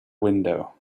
window